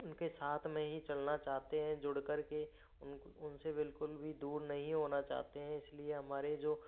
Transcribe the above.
उनके साथ में ही चलना चाहते हैं जुड़ कर के उनसे बिल्कुल भी दूर नहीं होना चाहते हैं इसलिए हमारे जो